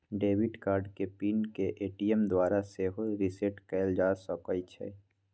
debit card के PIN के ATM द्वारा सेहो रीसेट कएल जा सकै छइ